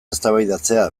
eztabaidatzea